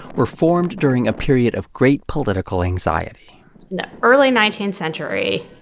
were formed during a period of great political anxiety. in the early nineteenth century,